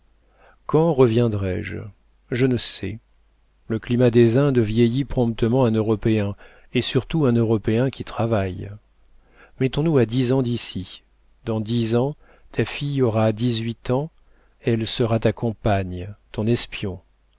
quand reviendrai-je je ne sais le climat des indes vieillit promptement un européen et surtout un européen qui travaille mettons-nous à dix ans d'ici dans dix ans ta fille aura dix-huit ans elle sera ta compagne ton espion